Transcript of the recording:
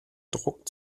druck